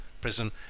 prison